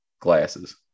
glasses